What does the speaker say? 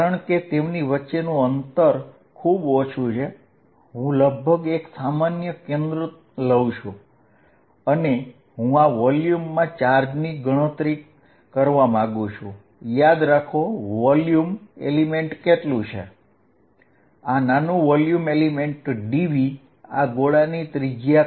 ચાલો હવે આ રીજન માં કેટલો ચાર્જ છે તે લઈએ હવે કારણકે હું આ સ્ફેરિકલ પોલાર કોર્ડીનેટસ નો ઉપયોગ કરવા જઈ રહ્યો છું તો હું વર્ટીકલ દિશામાં જે ગોઠવણ કરું તે ઉપયોગી બનશે આ બંને ગોળાનું કેન્દ્ર છે